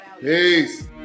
Peace